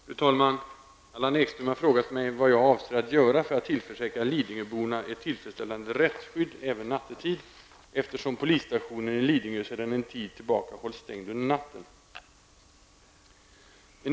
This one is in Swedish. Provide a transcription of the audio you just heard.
Fru talman! Allan Ekström har frågat mig vad jag avser att göra för att tillförsäkra Lidingöborna ett tillfredsställande rättsskydd även nattetid, eftersom polisstationen på Lidingö sedan en tid tillbaka hålles stängd under natten.